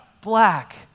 black